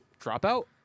Dropout